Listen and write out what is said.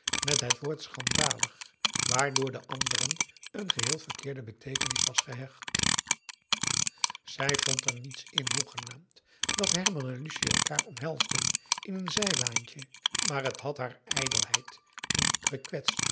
met het woord schandalig waaraan door de anderen een geheel verkeerde beteekenis was gehecht zij vond er niets in hoegenaamd dat herman en lucie elkaar omhelsden in een zijlaantje maar t had haar ijdelheid diep gekwetst